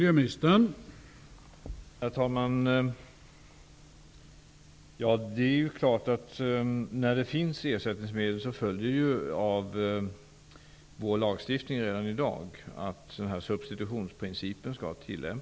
Herr talman! När det finns ersättningsmedel skall substitutionsprincipen tillämpas redan i dag enligt vår lagstiftning.